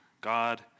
God